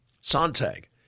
Sontag